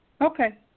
Okay